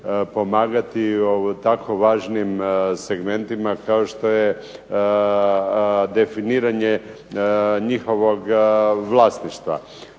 pomagati u tako važnim segmentima kao što je definiranje njihovog vlasništva.